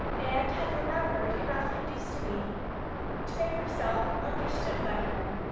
and had remembered enough hindustani to make herself understood by him.